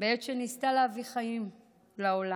בעת שניסתה להביא חיים לעולם.